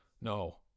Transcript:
No